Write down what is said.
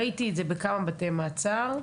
ראיתי את זה בכמה בתי מעצר,